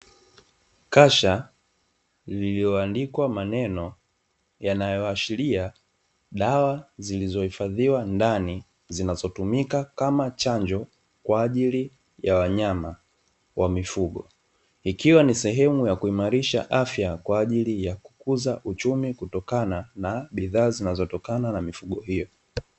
Kasha lililoandikwa maneno yanayo ashiria dawa zilizohifadhiwa ndani zinazotumika kama chanjo kwa ajili ya wanyama wa mifugo, ikiwa ni sehemu ya kuimarisha afya kwa ajili ya kukuza uchumi kutokana na bidhaa zinazotokana na mifugo hiyo.